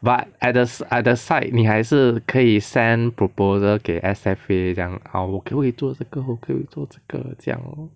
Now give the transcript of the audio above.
but at the at the side 你还是可以 send proposal 给 S_F_A 这样 err 我可不可以做这个我可以做这个这样 lor